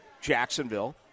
Jacksonville